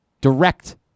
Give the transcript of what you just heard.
Direct